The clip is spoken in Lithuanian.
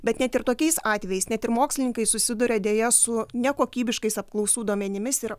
bet net ir tokiais atvejais net ir mokslininkai susiduria deja su nekokybiškais apklausų duomenimis ir